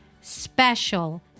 special